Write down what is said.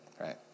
right